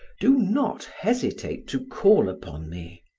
do not hesitate to call upon me.